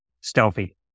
Stealthy